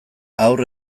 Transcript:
haur